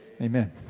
Amen